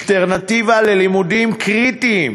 אלטרנטיבה ללימודים קריטיים